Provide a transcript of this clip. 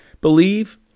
believe